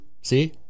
See